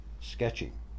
sketching